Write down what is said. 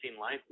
life